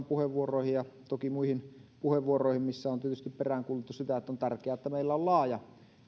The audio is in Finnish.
puheenvuoroihin ja toki muihin puheenvuoroihin joissa on tietysti peräänkuulutettu sitä että on tärkeää että meillä on laaja